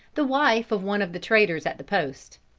the wife of one of the traders at the post.